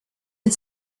and